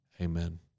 Amen